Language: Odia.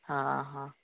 ହାଁ ହାଁ